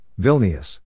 Vilnius